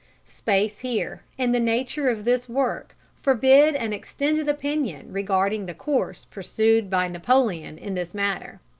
space here, and the nature of this work, forbid an extended opinion regarding the course pursued by napoleon in this matter.